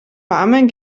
warmen